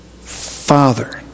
Father